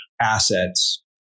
assets